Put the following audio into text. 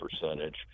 percentage